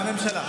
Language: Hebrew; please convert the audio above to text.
מהממשלה.